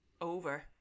over